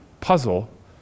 puzzle